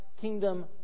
kingdom